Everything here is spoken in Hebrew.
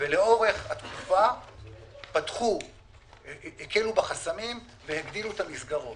ולאורך התקופה הקלו בחסמים והגדילו את המסגרות.